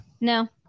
no